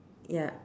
ya